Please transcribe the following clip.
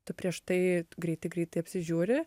tu prieš tai greitai greitai apsižiūri